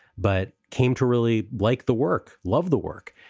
but came to really like the work. loved the work.